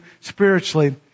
spiritually